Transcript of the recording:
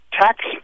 tax